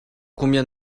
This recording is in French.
combien